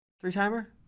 three-timer